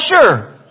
sure